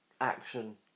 action